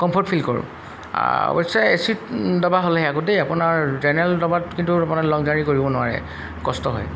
comfort feel কৰোঁ অৱশ্যে A C ত দবা হ'লেহে আকৌ আপোনাৰ জেনেৰেল দবাত কিন্তু আপোনাৰ লং জাৰ্ণি কৰিব নোৱাৰে কষ্ট হয়